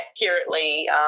accurately